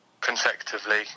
consecutively